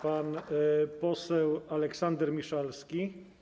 Pan poseł Aleksander Miszalski?